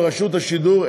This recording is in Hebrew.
מדברים על רשות השידור.